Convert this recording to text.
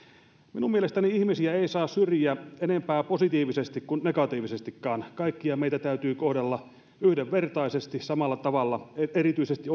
minun mielestäni ihmisiä ei saa syrjiä sen enempää positiivisesti kuin negatiivisestikaan kaikkia meitä täytyy kohdella yhdenvertaisesti samalla tavalla erityisesti